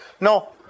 No